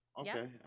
Okay